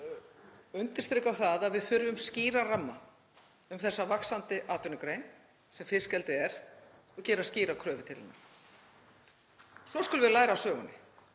undirstrika það að við þurfum skýran ramma um þessa vaxandi atvinnugrein sem fiskeldið er og að gera skýra kröfu til hennar. Svo skulum við læra af sögunni